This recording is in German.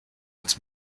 als